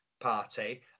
party